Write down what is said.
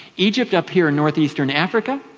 egypt up here in northeastern africa.